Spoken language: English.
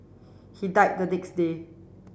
he died the next day